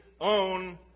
own